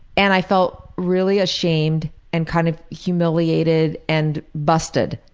and i felt really ashamed and kind of humiliated and busted.